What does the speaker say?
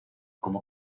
como